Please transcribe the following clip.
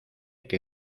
que